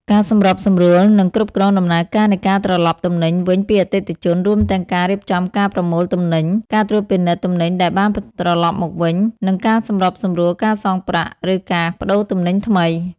ការសម្របសម្រួល និងគ្រប់គ្រងដំណើរការនៃការត្រឡប់ទំនិញវិញពីអតិថិជន រួមទាំងការរៀបចំការប្រមូលទំនិញ ការត្រួតពិនិត្យទំនិញដែលបានត្រឡប់មកវិញ និងការសម្របសម្រួលការសងប្រាក់ ឬការប្តូរទំនិញថ្មី។